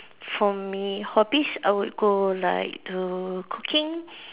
for me hobbies I would go like the cooking